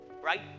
right